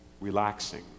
relaxing